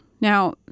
Now